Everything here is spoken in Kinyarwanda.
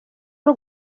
w’u